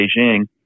Beijing